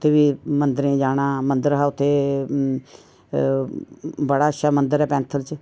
उत्थै बी मंदरे जाना मंदरे हा उत्थैं बड़ा अच्छा मंदर ऐ पैंथल च